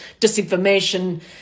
disinformation